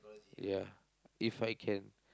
ya If I can